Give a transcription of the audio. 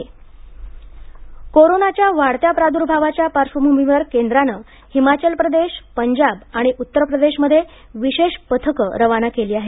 केंद्रीय पथक कोरोनाच्या वाढत्या प्रादुर्भावाच्या पार्श्वभूमीवर केंद्रानं हिमाचल प्रदेश पंजाब आणि उत्तर प्रदेशमध्ये विशेष पथकं रवाना केली आहेत